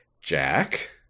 Jack